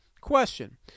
Question